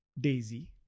Daisy